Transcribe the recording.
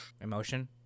Emotion